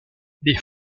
les